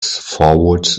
forward